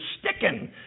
sticking